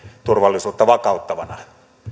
turvallisuutta vakauttavana